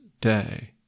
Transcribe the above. day